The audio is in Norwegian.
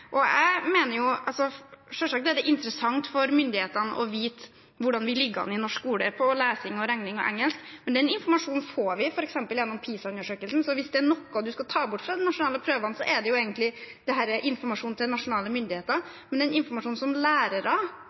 og det er jo hele hovedpoenget. Selvsagt er det interessant for myndighetene å vite hvordan vi ligger an i norsk skole i lesing, regning og engelsk. Den informasjonen får vi f.eks. gjennom PISA-undersøkelsen, så hvis det er noe vi skal ta bort fra de nasjonale prøvene, er det jo egentlig denne informasjonen til nasjonale myndigheter. Men informasjonen som lærere